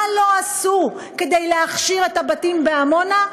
מה לא עשו כדי להכשיר את הבתים בעמונה,